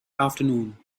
afternoon